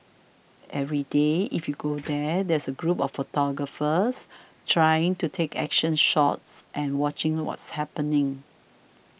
every day if you go there there's a group of photographers trying to take action shots and watching what's happening